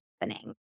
happening